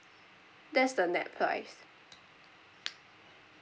that's the net price